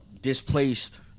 displaced